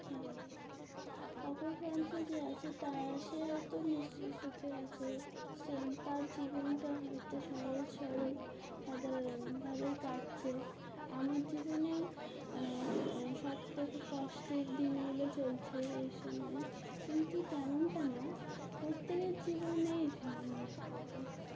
হ্যাঁ অপর প্রান্তে যে আছে তার সে হয়তো নি্চই সুখে আছে সে তার জীবনটা হয়তো সহজ সরল সাধারণভাবেই কাটছে আমার জীবনেই সবথ কষ্টের দিনগুলো চলছে এই সময় কিন্তু তেমনটা না প্রত্যেকের জীবনেই